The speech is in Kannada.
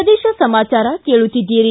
ಪ್ರದೇಶ ಸಮಾಚಾರ ಕೇಳುತ್ತಿದ್ದೀರಿ